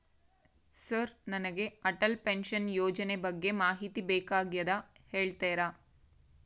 Sir ನನಗೆ Atal pension ಯೋಜನೆ ಬಗ್ಗೆ ಮಾಹಿತಿ ಬೇಕಾಗ್ಯದ ಹೇಳ್ತೇರಾ?